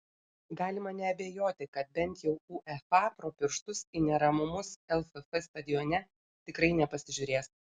galima neabejoti kad bent jau uefa pro pirštus į neramumus lff stadione tikrai nepasižiūrės